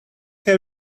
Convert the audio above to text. have